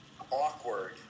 awkward